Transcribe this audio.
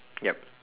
yup